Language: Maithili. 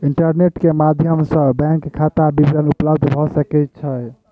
इंटरनेट के माध्यम सॅ बैंक खाता विवरण उपलब्ध भ सकै छै